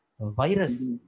virus